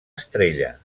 estrella